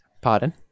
Pardon